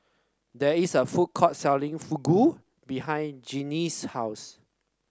there is a food court selling Fugu behind Jeanie's house